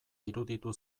iruditu